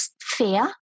fear